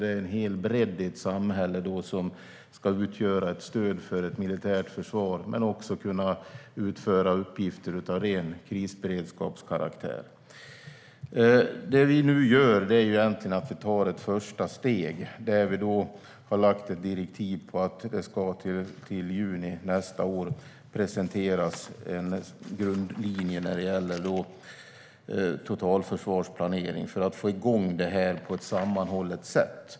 Det är hela bredden i samhället som ska utgöra stöd för ett militärt försvar men även kunna utföra uppgifter av ren krisberedskapskaraktär. Nu tar vi ett första steg. Vi har lagt ett direktiv om att det till juni nästa år ska presenteras en grundlinje gällande totalförsvarsplaneringen för att få igång det hela på ett sammanhållet sätt.